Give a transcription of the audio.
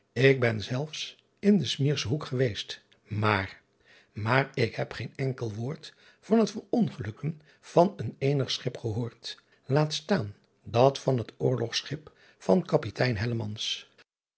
k ben zelfs in den mirnschen hoek geweest maar maar ik heb geen enkel woord van het verongelukken van een eenig schip gehoord laat staan dat van het orlogschip van apitein